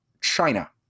China